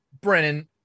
Brennan